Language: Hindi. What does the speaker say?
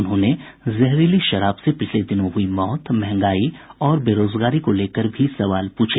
उन्होंने जहरीली शराब से पिछले दिनों हुई मौत महंगाई और बेरोजगारी को लेकर भी सवाल पूछे